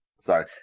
Sorry